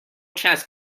chess